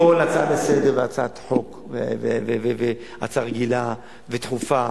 כל הצעה לסדר-היום והצעת חוק והצעה רגילה ודחופה